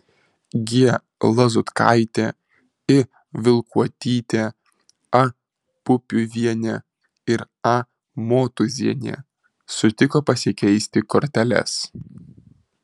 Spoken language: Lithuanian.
g lazutkaitė i vilkuotytė a pupiuvienė ir a motūzienė sutiko pasikeisti korteles